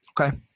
Okay